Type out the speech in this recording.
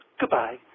goodbye